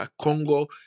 Congo